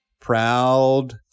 Proud